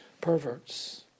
perverts